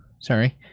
sorry